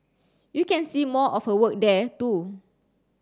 you can see more of her work there too